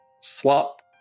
swap